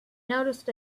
noticed